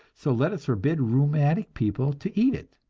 so let us forbid rheumatic people to eat it!